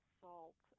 salt